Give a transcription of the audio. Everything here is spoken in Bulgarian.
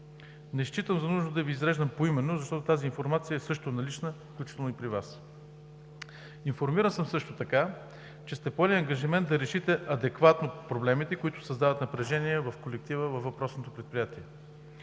Не считам за нужно да ги изреждам поименно, защото тази информация също е налична, включително и при Вас. Информиран съм също така, че сте поели ангажимент да решите адекватно проблемите, които създават напрежение в колектива във въпросното Предприятие.